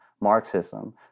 Marxism